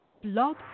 Blog